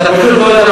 אתה תפסיד.